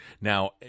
now